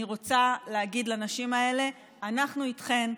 אני רוצה להגיד לנשים האלה: אנחנו איתכן,